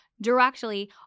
directly